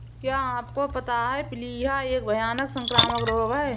क्या आपको पता है प्लीहा एक भयानक संक्रामक रोग है?